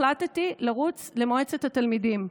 החלטתי לרוץ למועצת התלמידים.